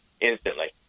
instantly